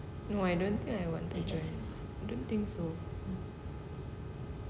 no I don't think I want to join I don't think so